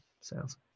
sales